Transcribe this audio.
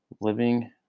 living